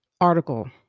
article